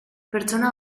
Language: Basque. pertsona